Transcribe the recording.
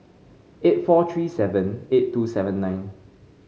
eight four three seven eight two seven nine